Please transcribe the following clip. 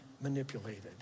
manipulated